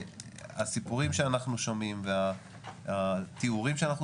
הסיפורים שאנחנו שומעים והתיאורים שאנחנו